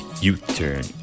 U-Turn